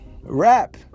rap